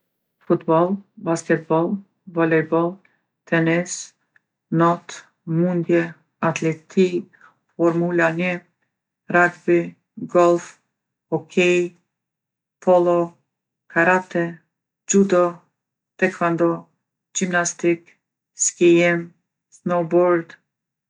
Futboll, basketboll, volejboll, tenis, not, mundje, atletikë, formula nji, ragbi, gollf, hokej, pollo, karate, xhudo, tekvando, gjimnastikë, skijim, snoubord.